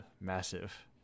massive